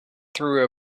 through